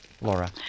Laura